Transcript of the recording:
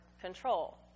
control